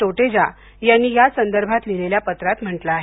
टोटेजा यांनी या संदर्भात लिहिलेल्या पत्रात म्हंटल आहे